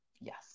Yes